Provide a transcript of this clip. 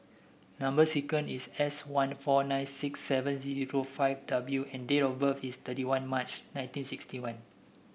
number sequence is S one four nine six seven zero five W and date of birth is thirty one March nineteen sixty one